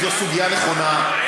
זו סוגיה נכונה,